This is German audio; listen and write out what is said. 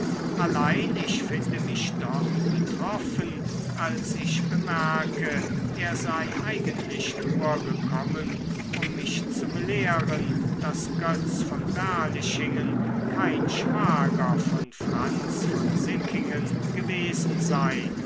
allein ich finde mich doch betroffen als ich bemerke er sei eigentlich nur gekommen um mich zu belehren daß götz von berlichingen kein schwager von franz von sickingen gewesen sei